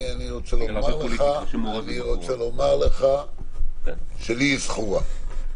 לי היא זכורה.